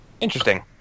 Interesting